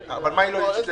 אבל מה היא לא אפשרה?